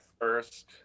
first